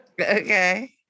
Okay